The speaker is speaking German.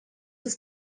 ist